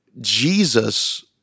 Jesus